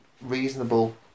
reasonable